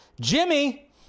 Jimmy